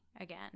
again